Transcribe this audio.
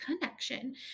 connection